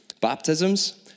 baptisms